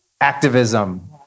activism